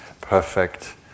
perfect